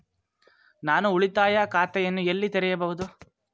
ನಾನು ಉಳಿತಾಯ ಖಾತೆಯನ್ನು ಎಲ್ಲಿ ತೆರೆಯಬಹುದು?